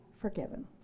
forgiven